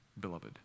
beloved